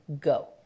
go